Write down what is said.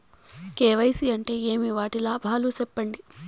KYC అంటే ఏమి? వాటి లాభాలు సెప్పండి?